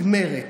נגמרת,